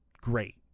great